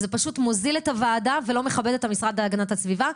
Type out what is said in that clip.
זה פשוט מוזיל את הוועדה ולא מכבד את המשרד להגנת הסביבה.